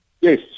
Yes